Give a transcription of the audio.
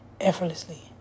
effortlessly